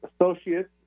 associates